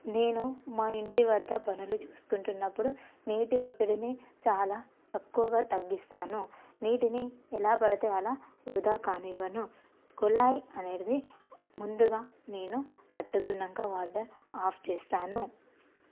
నేను మా ఇంటి వద్ద పనులు చూసుకుంటున్న అప్పుడు నీటి ఒత్తిడిని చాలా తక్కువగా తగ్గిస్తాను నీటిని ఎలా పడితే అలా వృధా కానివ్వను కుళాయి అనేటిది ముందుగా నేను పట్టుకున్నాక వాటర్ ఆఫ్ చేస్తాను